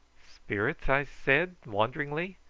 spirits? i said wonderingly,